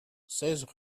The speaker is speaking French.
seize